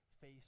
face